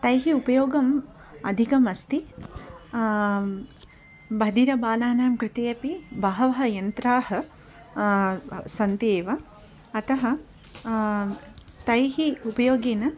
तैः उपयोगम् अधिकम् अस्ति बधिरबालानां कृते अपि बहवः यन्त्राः सन्ति एव अतः तैः उपयोगेन